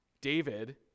David